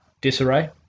Disarray